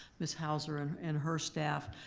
ms. hauser and and her staff,